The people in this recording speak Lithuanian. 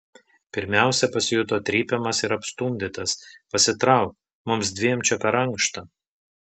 pirmiausia pasijuto trypiamas ir apstumdytas pasitrauk mums dviem čia per ankšta